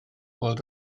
weld